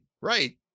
right